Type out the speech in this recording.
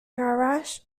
garage